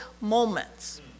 moments